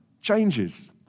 changes